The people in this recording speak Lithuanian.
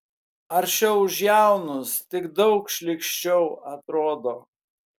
aršiau už jaunus tik daug šlykščiau atrodo